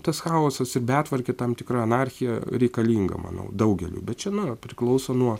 tas chaosas betvarkė tam tikra anarchija reikalinga manau daugeliui bet čia na priklauso nuo